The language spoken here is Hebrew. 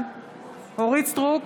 בעד אורית מלכה סטרוק,